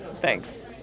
Thanks